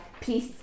peace